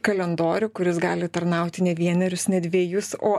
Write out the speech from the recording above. kalendorių kuris gali tarnauti ne vienerius ne dvejus o